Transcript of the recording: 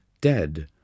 dead